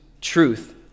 truth